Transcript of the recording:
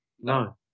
no